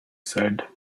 said